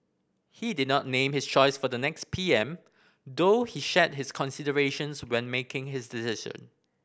he did not name his choice for the next P M though he shared his considerations when making his decision